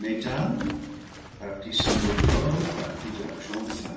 métal partie semblait d'or partie d'argent fin